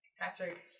Patrick